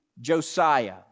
Josiah